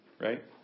Right